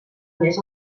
més